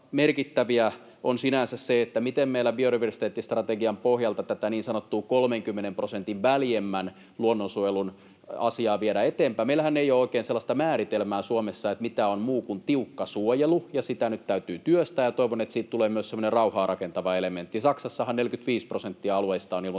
merkittävää on sinänsä se, miten meillä biodiversiteettistrategian pohjalta tätä niin sanottua 30 prosentin väljemmän luonnonsuojelun asiaa viedään eteenpäin. Meillähän ei ole oikein sellaista määritelmää Suomessa, mitä on muu kuin tiukka suojelu, ja sitä nyt täytyy työstää. Toivon, että siitä tulee myös semmoinen rauhaa rakentava elementti. Saksassahan 45 prosenttia alueista on ilmoitettu